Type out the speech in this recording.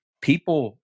People